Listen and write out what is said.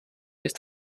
ist